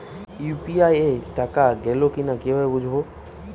UPI টাকা গোল কিনা কিভাবে বুঝব?